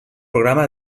programa